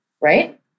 Right